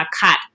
cut